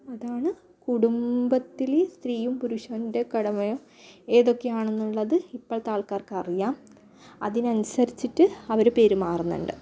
അതാണ് കുടുംബത്തിൽ സ്ത്രീയും പുരുഷൻ്റെ കടമയും ഏതൊക്കെയാണെന്നുള്ളത് ഇപ്പോളത്തെ ആൾക്കാർക്ക് അറിയാം അതിനനുസരിച്ചിട്ട് അവർ പെരുമാറുന്നുണ്ട്